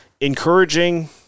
encouraging